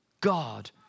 God